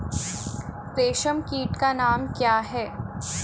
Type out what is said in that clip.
रेशम कीट का नाम क्या है?